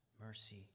mercy